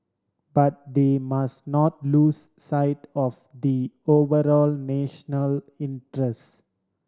but they must not lose sight of the overall national interest